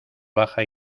baja